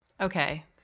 Okay